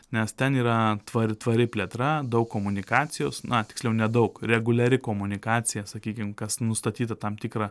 nes ten yra tvar tvari plėtra daug komunikacijos na tiksliau nedaug reguliari komunikacija sakykim kas nustatytą tam tikrą